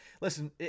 Listen